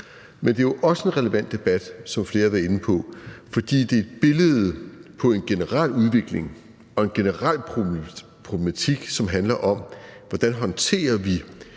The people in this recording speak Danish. Men det er jo også en relevant debat, som flere har været inde på, fordi det er billedet på en generel udvikling og en generel problematik, som handler om, hvordan vi håndterer